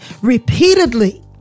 repeatedly